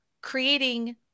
creating